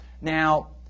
Now